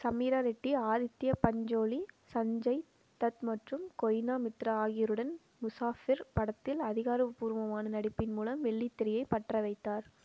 சமீரா ரெட்டி ஆதித்ய பஞ்சோலி சஞ்சய் தத் மற்றும் கொய்னா மித்ரா ஆகியோருடன் முசாஃபிர் படத்தில் அதிகாரப்பூர்வமான நடிப்பின் மூலம் வெள்ளித்திரையை பற்றவைத்தார்